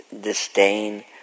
disdain